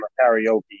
karaoke